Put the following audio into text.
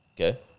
Okay